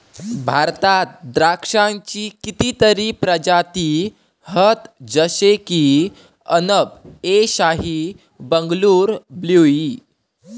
भारतात द्राक्षांची कितीतरी प्रजाती हत जशे की अनब ए शाही, बंगलूर ब्लू ई